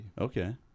Okay